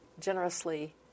generously